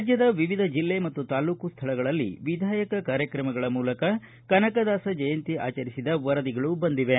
ರಾಜ್ಞದ ವಿವಿಧ ಜಿಲ್ಲೆ ಮತ್ತು ತಾಲ್ಲೂಕು ಸ್ವಳಗಳಲ್ಲಿಯೂ ವಿಧಾಯಕ ಕಾರ್ಯಕ್ರಮಗಳ ಮೂಲಕ ಕನಕದಾಸ ಜಯಂತಿ ಆಚರಿಸಿದ ವರದಿಗಳು ಬಂದಿವೆ